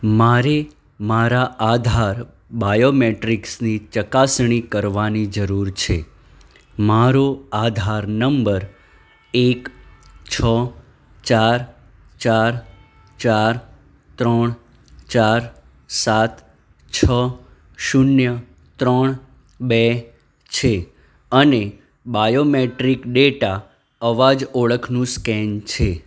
મારે મારા આધાર બાયોમેટ્રિક્સની ચકાસણી કરવાની જરૂર છે મારો આધાર નંબર એક છ ચાર ચાર ચાર ત્રણ ચાર સાત છ શૂન્ય ત્રણ બે છે અને બાયોમેટ્રિક ડેટા અવાજ ઓળખનું સ્કેન છે